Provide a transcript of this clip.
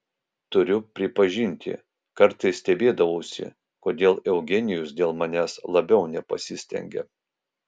turiu pripažinti kartais stebėdavausi kodėl eugenijus dėl manęs labiau nepasistengia